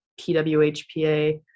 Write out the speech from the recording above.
pwhpa